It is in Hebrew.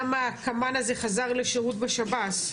למה הקמ"ן הזה חזר לשירות בשב"ס?